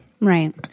Right